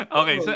okay